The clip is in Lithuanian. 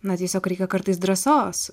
na tiesiog reikia kartais drąsos